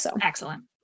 Excellent